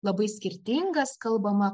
labai skirtingas kalbama